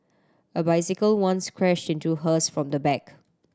a bicycle once crashed into hers from the back